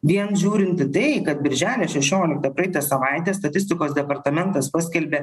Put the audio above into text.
vien žiūrint į tai kad birželio šešioliktą praeitą savaitę statistikos departamentas paskelbė